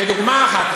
כדוגמה אחת,